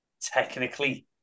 technically